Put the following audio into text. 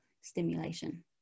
stimulation